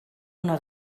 una